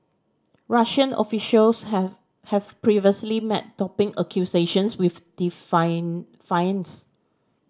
Russian officials have have previously met doping accusations with